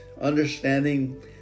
Understanding